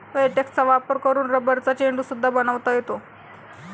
लेटेक्सचा वापर करून रबरचा चेंडू सुद्धा बनवता येतो